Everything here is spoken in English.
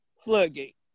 floodgate